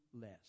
less